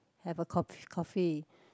have a cof~ coffee